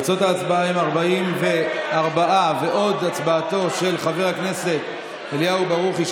תוצאות ההצבעה הן 44 ועוד הצבעתו של חבר הכנסת אליהו ברוכי,